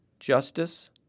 justice